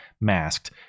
masked